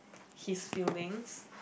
his feelings